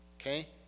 Okay